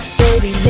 baby